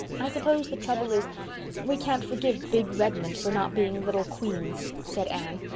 i suppose the trouble is we can't forgive big redmond for not being little queen's, said anne,